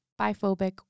biphobic